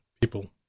people